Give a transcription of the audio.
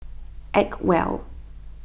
Acwell